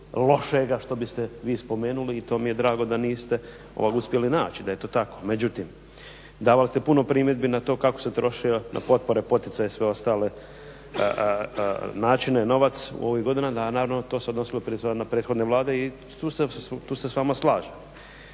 lošega što biste vi spomenuli i to mi je drago da niste uspjeli naći i da je to tako. Međutim, davali ste puno primjedbi kako se troši na potpore, poticaje i sve ostale načine novac u ovih godina a naravno to se odnosilo na prethodne Vlade i tu se s vama slažem.